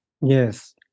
Yes